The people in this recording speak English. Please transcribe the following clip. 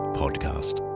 podcast